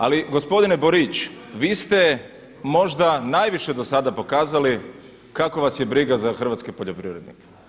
Ali gospodine Borić, vi ste možda najviše do sada pokazali kako vas je briga za hrvatske poljoprivrednike.